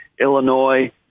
Illinois